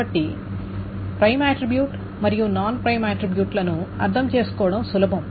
కాబట్టి prime attribute మరియు non prime attribute లను అర్థం చేసుకోవడం సులభం